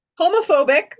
homophobic